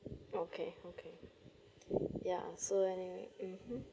okay okay ya so anyway mmhmm